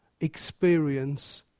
experience